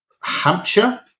Hampshire